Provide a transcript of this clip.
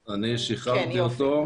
ולתכנית.